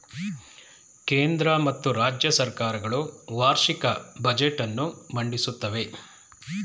ಕೇಂದ್ರ ಮತ್ತು ರಾಜ್ಯ ಸರ್ಕಾರ ಗಳು ವಾರ್ಷಿಕ ಬಜೆಟ್ ಅನ್ನು ಮಂಡಿಸುತ್ತವೆ